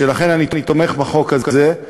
ולכן אני תומך בחוק הזה,